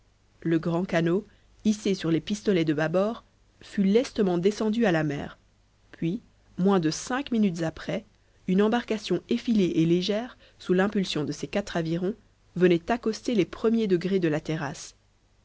le grand canot hissé sur les pistolets de bâbord fut lestement descendu à la mer puis moins de cinq minutes après une embarcation effilée et légère sous l'impulsion de ses quatre avirons venait accoster les premiers degrés de la terrasse